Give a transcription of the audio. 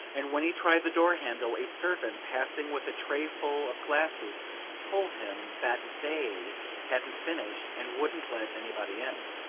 and when he tried the door-handle a servant passing with a tray-full of glasses told him that they hadn't finished, and wouldn't let anybody in.